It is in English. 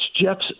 Jeff's